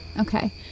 Okay